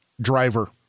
driver